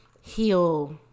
heal